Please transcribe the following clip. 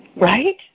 right